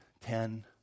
ten